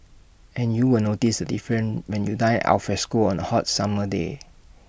and you will notice the difference when you dine alfresco on A hot summer day